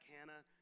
Hannah